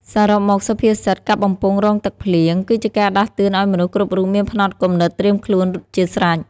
សរុបមក សុភាសិត "កាប់បំពង់រង់ទឹកភ្លៀង" គឺជាការដាស់តឿនឱ្យមនុស្សគ្រប់រូបមានផ្នត់គំនិតត្រៀមខ្លួនជាស្រេច ។